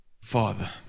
Father